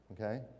okay